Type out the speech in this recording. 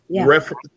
reference